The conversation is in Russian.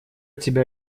тебя